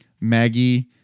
Maggie